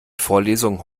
vorlesungen